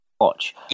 watch